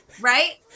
right